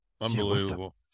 Unbelievable